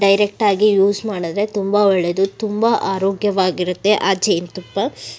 ಡೈರೆಕ್ಟಾಗಿ ಯೂಸ್ ಮಾಡಿದ್ರೆ ತುಂಬ ಒಳ್ಳೆದು ತುಂಬ ಆರೋಗ್ಯವಾಗಿರುತ್ತೆ ಆ ಜೇನು ತುಪ್ಪ